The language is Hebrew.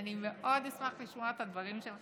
אני מאוד אשמח לשמוע את הדברים שלך.